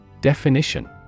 Definition